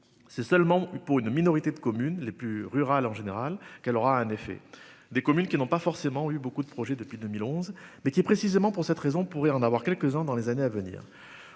C'est seulement eu pour une minorité de communes les plus rurales en général qu'elle aura un effet des communes qui n'ont pas forcément eu beaucoup de projets depuis 2011 mais qui est précisément pour cette raison pourrait en avoir quelques-uns dans les années à venir.